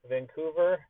Vancouver